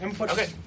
Okay